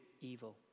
evil